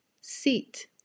seat